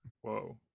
Whoa